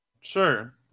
sure